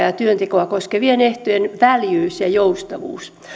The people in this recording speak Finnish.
ja työntekoa koskevien ehtojen väljyys ja joustavuus